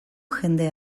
jende